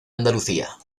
andalucía